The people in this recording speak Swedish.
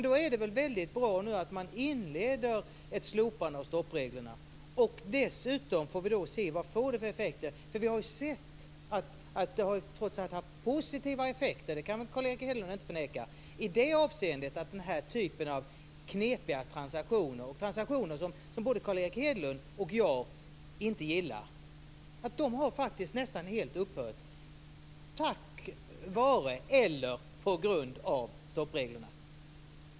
Då är det väl bra att man nu inleder ett slopande av stoppreglerna. Dessutom kan vi se vad det får för effekter. Vi har ju sett att det trots allt haft positiva effekter - det kan Carl Erik Hedlund inte förneka - i det avseendet att den här typen av knepiga transaktioner som varken Carl Erik Hedlund eller jag gillar nästan helt har upphört tack vare eller på grund av stoppreglerna.